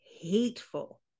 hateful